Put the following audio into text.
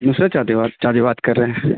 نصرت چاچا بات کر رہے ہیں